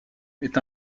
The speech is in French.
est